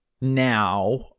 now